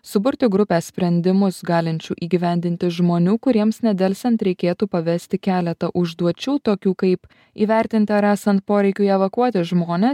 suburti grupę sprendimus galinčių įgyvendinti žmonių kuriems nedelsiant reikėtų pavesti keletą užduočių tokių kaip įvertinti ar esant poreikiui evakuoti žmones